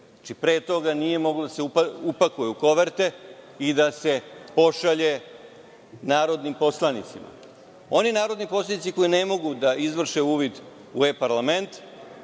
pre toga nije moglo da se upakuje u koverte i da se pošalje narodnim poslanicima. Oni narodni poslanici koji ne mogu da izvrše uvid u e-parlament,